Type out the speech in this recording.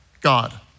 God